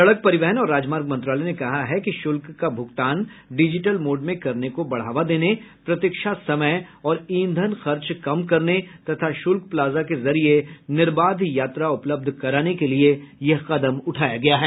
सड़क परिवहन और राजमार्ग मंत्रालय ने कहा है कि शुल्क का भुगतान डिजिटल मोड में करने को बढ़ावा देने प्रतीक्षा समय और ईंधन खर्च कम करने तथा शुल्क प्लाजा के जरिये निर्बाध यात्रा उपलब्ध कराने के लिए यह कदम उठाया गया है